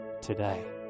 today